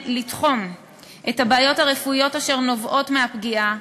את הבעיות הרפואיות אשר נובעות מהפגיעה.